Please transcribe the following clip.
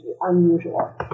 unusual